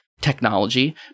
technology